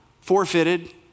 forfeited